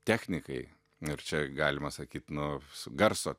technikai ir čia galima sakyt nu su garso